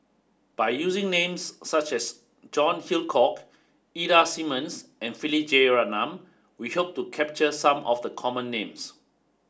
by using names such as John Hitchcock Ida Simmons and Philip Jeyaretnam we hope to capture some of the common names